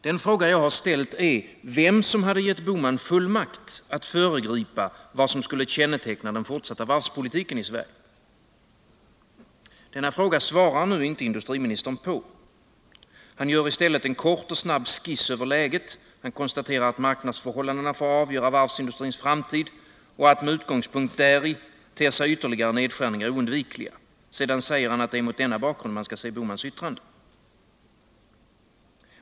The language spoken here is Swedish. Den fråga jag ställt är vem som hade gett herr Bohman fullmakt att föregripa vad som skulle känneteckna den fortsatta varvspolitiken i Sverige. Denna fråga svarar nu inte industriministern på. Han gör i stället en kort och snabb skiss över läget, han konstaterar att marknadsförhållandena får avgöra varvsindustrins framtid och att med utgångspunkt däri ter sig ytterligare nedskärningar oundvikliga. Sedan säger han att det är mot denna bakgrund man skall se herr Bohmans yttrande.